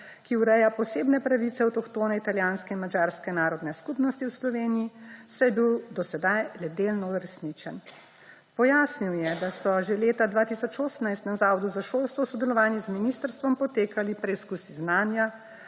ki ureja posebne pravice avtohtone italijanske in madžarske narodne skupnosti v Sloveniji, saj je bil do sedaj le delno uresničen. Pojasnil je, da so že leta 2018 na Zavodu za šolstvo v sodelovanju z ministrstvom potekali preizkusi znanja